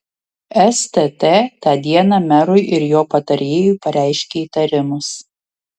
stt tą dieną merui ir jo patarėjui pareiškė įtarimus